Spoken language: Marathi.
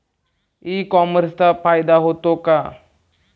ई कॉमर्सचा फायदा होतो का?